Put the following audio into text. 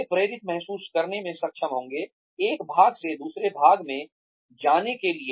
वे प्रेरित महसूस करने में सक्षम होंगे एक भाग से दूसरे भाग में जाने के लिए